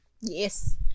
Yes